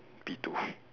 P two